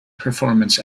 performance